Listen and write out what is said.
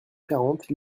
quarante